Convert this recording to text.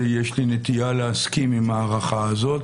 ויש לי נטייה להסכים עם ההערכה הזאת.